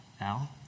Al